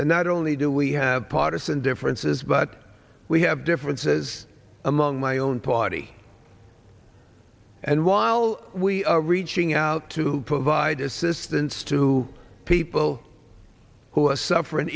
that not only do we have partisan differences but we have differences among my own party and while we are reaching out to provide assistance to people who are suffering